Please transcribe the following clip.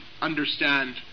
understand